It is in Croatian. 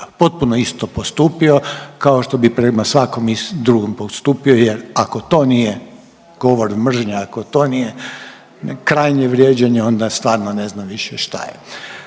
potpuno isto postupio kao što bi prema svakom drugom postupio jer ako to nije govor mržnje, ako to nije krajnje vrijeđanje onda stvarno više ne znam šta je,